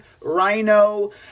rhino